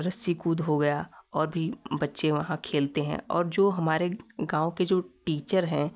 रस्सी कूद हो गया और भी बच्चे वहाँ खेलते है और जो हमारे गाँव के जो टीचर हैं